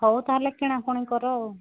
ହଉ ତାହେଲେ କିଣାକିଣି କର ଆଉ